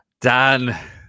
Dan